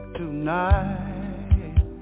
tonight